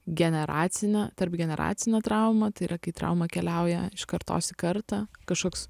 generacinio tarpgeneracinę traumą tai yra kai trauma keliauja iš kartos į kartą kažkoks